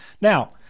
Now